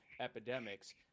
epidemics